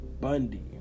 Bundy